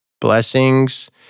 Blessings